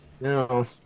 No